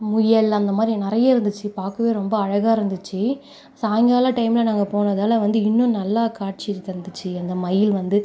முயல் அந்த மாதிரி நிறையா இருந்துச்சு பார்க்கவே ரொம்ப அழகாக இருந்துச்சு சாயங்கால டைமில் நாங்கள் போனதாலே வந்து இன்னும் நல்லா காட்சி தந்துருச்சி அந்த மயில் வந்து